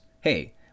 hey